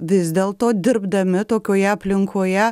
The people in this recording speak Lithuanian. vis dėlto dirbdami tokioje aplinkoje